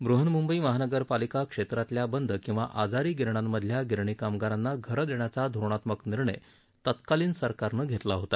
बहन्मुंबई महानगरपालिका क्षेत्रातल्या बंद किंवा आजारी गिरण्यांमधल्या गिरणी कामगारांना घरं देण्याचा धोरणात्मक निर्णय तत्कालीन सरकारनं घेतला होता